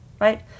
right